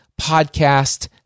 Podcast